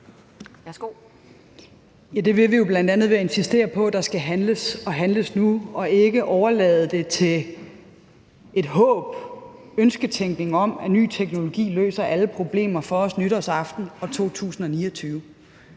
Ja, det vil vi jo bl.a. ved at insistere på, at der skal handles og handles nu, og at det ikke overlades til et håb, en ønsketænkning, om, at ny teknologi løser alle problemer for os nytårsaften år 2029.